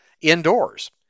indoors